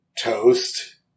toast